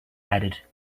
added